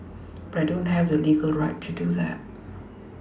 but I don't have the legal right to do that